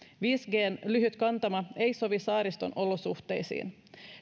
viisi lyhyt kantama ei sovi saariston olosuhteisiin